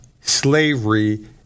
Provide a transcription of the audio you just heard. slavery